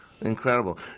Incredible